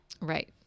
Right